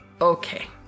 Okay